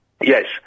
Yes